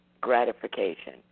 gratification